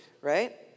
right